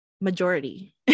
majority